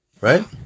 Right